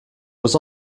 was